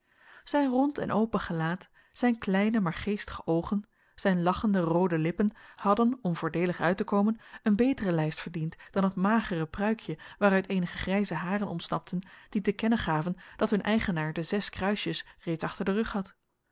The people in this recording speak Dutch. zijn rond en open gelaat zijn kleine maar geestige oogen zijn lachende roode lippen hadden om voordeelig uit te komen een betere lijst verdiend dan het magere pruikje waaruit eenige grijze haren ontsnapten die te kennen gaven dat hun eigenaar de zes kruisjes reeds achter den rug had